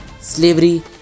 Slavery